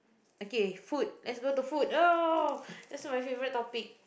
okay food let's go to food oh that's my favourite topic